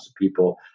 people